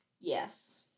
yes